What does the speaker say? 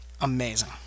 Amazing